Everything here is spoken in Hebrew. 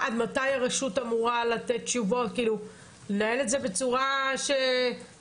עד מתי הרשות אמורה לתת תשובות ולנהל בצורה כזאת